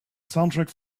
soundtrack